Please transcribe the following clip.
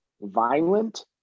violent